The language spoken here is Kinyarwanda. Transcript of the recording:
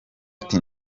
ati